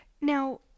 Now